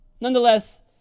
Nonetheless